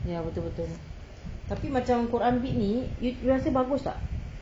ya betul betul tapi macam untuk ambil ni you rasa bagus tak